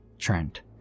Trent